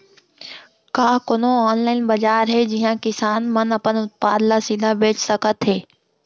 का कोनो अनलाइन बाजार हे जिहा किसान मन अपन उत्पाद ला सीधा बेच सकत हे?